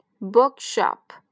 Bookshop